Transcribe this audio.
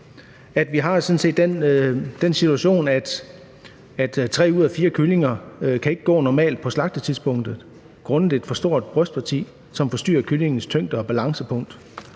at vi har den situation, at tre ud af fire kyllinger ikke kan gå normalt på slagtetidspunktet, grundet et for stort brystparti, som forstyrrer kyllingens tyngde- og balancepunkt,